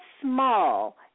small